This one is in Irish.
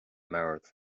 mbord